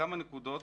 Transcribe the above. כמה נקודות